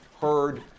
heard